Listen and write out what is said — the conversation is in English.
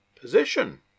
position